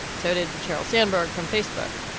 so did sheryl sandberg from facebook.